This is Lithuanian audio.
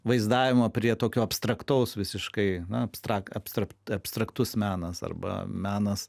vaizdavimo prie tokio abstraktaus visiškai abstrakt abstraktus menas arba menas